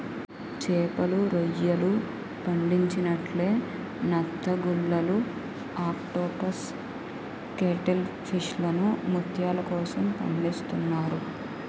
చేపలు, రొయ్యలు పండించినట్లే నత్తగుల్లలు ఆక్టోపస్ కేటిల్ ఫిష్లను ముత్యాల కోసం పండిస్తున్నారు